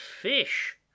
fish